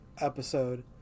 episode